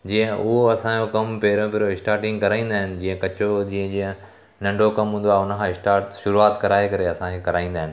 जीअं उहो असांजो कमु पहिरों पहिरों स्टार्टिंग कराईंदा आहिनि जीअं कचो हुजे जीअं नंढो कमु हूंदो आहे हुन खां स्टार शुरुआत कराए करे असांखे कराईंदा आहिनि